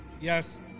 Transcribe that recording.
yes